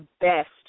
best